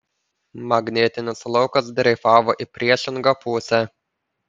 magnetinis laukas dreifavo į priešingą pusę